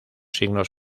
signos